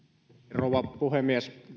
rouva puhemies